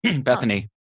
Bethany